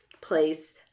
place